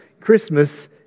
Christmas